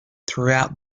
throughout